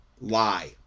lie